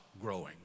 growing